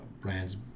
Brand's